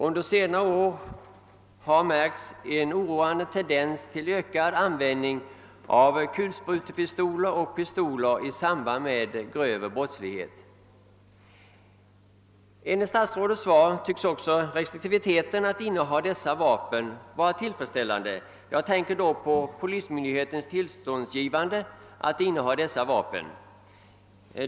Under senare år har förmärkts en oroande tendens till ökad användning av Enligt statsrådets svar tycks det också tillämpas en tillfredsställande restriktivitet vid polismyndighets tillståndsgivning för innehav av dessa vapen.